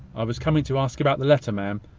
i was coming to ask about the letter, ma'am,